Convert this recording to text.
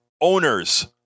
Owners